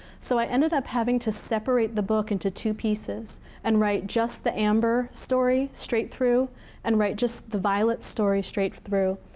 so i ended up having to separate the book into two pieces and write just the amber story straight through and write just the violet story straight through.